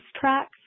Tracks